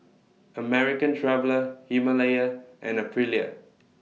American Traveller Himalaya and Aprilia